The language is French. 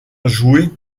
joué